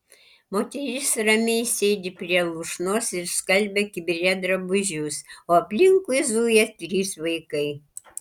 moteris ramiai sėdi prie lūšnos ir skalbia kibire drabužius o aplinkui zuja trys vaikai